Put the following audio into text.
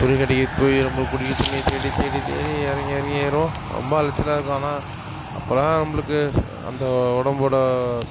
துணி கடைக்கு போய் நம்ம படிக்கற துணிய தேடித் தேடி தேடி இறங்கி இறங்கி ஏறுவோம் ரொம்ப அலைச்சலாக இருக்கும் ஆனால் அப்போல்லாம் நம்மளுக்கு அந்த உடம்போட